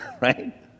right